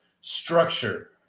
structure